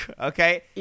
okay